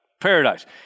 paradise